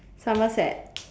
Somerset